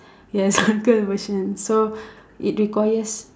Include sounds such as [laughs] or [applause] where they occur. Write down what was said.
yes [laughs] girl version so it requires